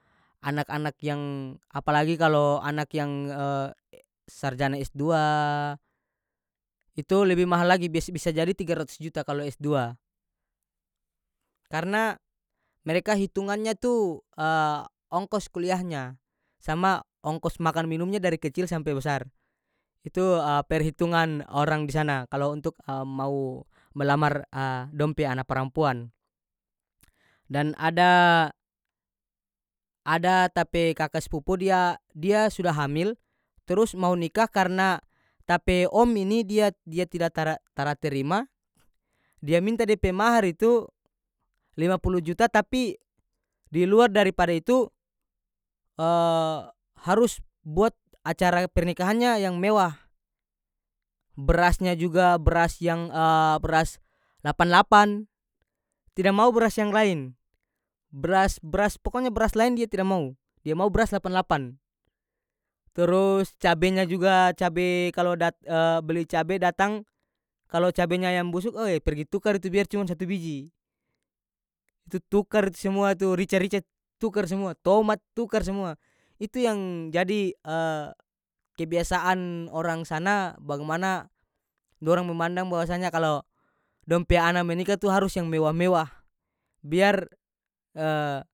Anak-anak yang apalagi kalo anak yang e sarjana s2 itu lebih mahal lagi bis- bisa jadi tiga ratus juta kalo s2 karena mereka hitungannya tu ongkos kuliahnya sama ongkos makan minumnya dari kecil sampe besar itu perhitungan orang di sana kalo untuk mau melamar dong pe ana parampuan dan ada- ada ta pe kaka spupu dia- dia sudah hamil trus mau nikah karena ta pe om ini dia- dia tida tara tara terima dia minta dia pe mahar itu lima puluh juta tapi di luar daripada itu harus buat acara pernikahannya yang mewah brasnya juga bras yang bras lapan-lapan tida mau bras yang lain bras-bras pokonya bras lain dia tida mau dia mau bras lapan-lapan tursu cabenya juga cabe kalo dat beli cabe datang kalo cabenya yang busuk oe pergi tukar itu biar cuma satu biji itu tukar itu semua tu rica-rica tukar semua tomat tukar semau itu yang jadi kebiasaan orang sana bagimana dorang memandang bahwasanya kalo dong pe ana menikah tu harus yang mewah-mewah biar.